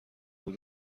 بود